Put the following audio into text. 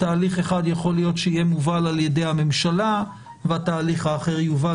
תהליך אחד יכול להיות מובל על ידי הממשלה והתהליך האחר יובל